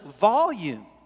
volume